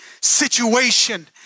situation